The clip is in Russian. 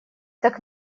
так